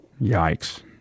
yikes